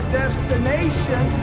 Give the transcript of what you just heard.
destination